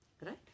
Right